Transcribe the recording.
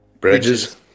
Bridges